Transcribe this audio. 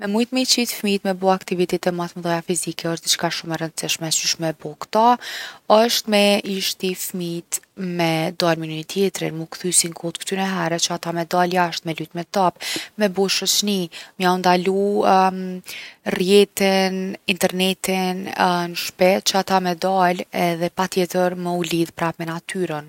Me mujt me i qit fmit me bo aktivitete ma t’mdhaja fizike osht diçka shumë e rëndsishme. Qysh me bo kta? Osht me i shti fmit me dal me njoni tjetrin, mu kthy si n’kohët ktyneher që ata me dal jasht’ me lujt me top. Me bo shoqni, me jau ndalu rrjetin, internetin n’shpi që ata me dal edhe patjetër me u lidh prap me natyrën.